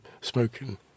smoking